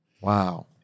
Wow